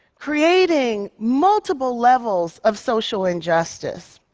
creating multiple levels of social injustice.